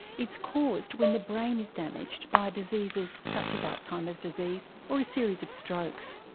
it's caused when the brain is damaged by diseases such as alzheimer's disease or a series of strokes.